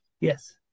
Yes